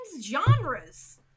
Genres